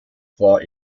war